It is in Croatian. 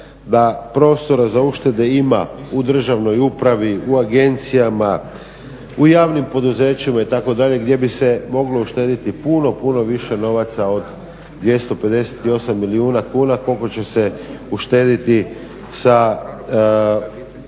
da prostora za uštede ima u državnoj upravi, u agencijama, u javnim poduzećima itd. gdje bi se moglo uštediti puno, puno više novaca od 258 milijuna kuna koliko će se uštediti sa